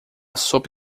sopa